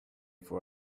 for